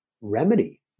remedy